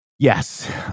Yes